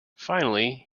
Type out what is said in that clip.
finally